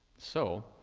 so,